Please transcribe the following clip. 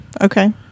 okay